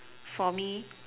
for me